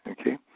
okay